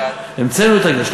המצאנו את הגז.